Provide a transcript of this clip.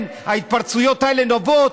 ההתפרצויות האלה נובעות,